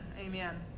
amen